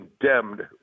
condemned